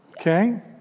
Okay